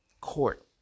court